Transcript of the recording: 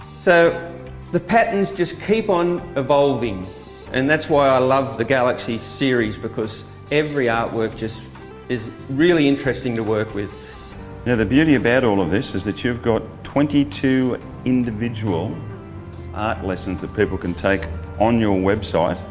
so the patterns just keep on evolving and that's why i love the galaxy series, because every art work just is really interesting to work with. now the beauty about all of this is that you've got twenty-two individual art lessons that people can take on your website.